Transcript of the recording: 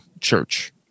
church